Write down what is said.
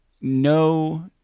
no